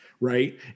right